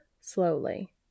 slowly